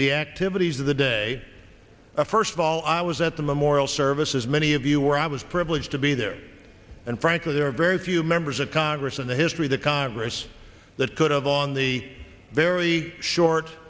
the activities of the day i first of all i was at the memorial service as many of you were i was privileged to be there and frankly there are very few members of congress in the history the congress that could have on the very short